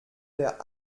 der